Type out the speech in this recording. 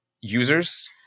users